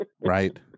right